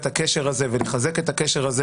זאת בדיוק כדי לייצר את הקשר הזה ולחזק את הקשר הזה